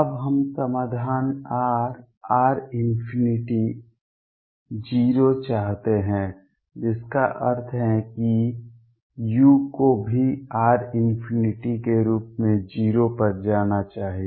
अब हम समाधान Rr→∞→0 चाहते हैं जिसका अर्थ है कि u को भी r →∞ के रूप में 0 पर जाना चाहिए